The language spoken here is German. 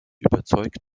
überzeugt